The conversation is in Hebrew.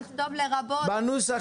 צריכה